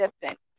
different